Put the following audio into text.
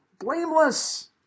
Blameless